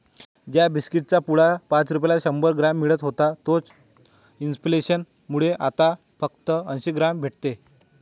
ज्या बिस्कीट चा पुडा पाच रुपयाला शंभर ग्राम मिळत होता तोच इंफ्लेसन मुळे आता फक्त अंसी ग्राम भेटते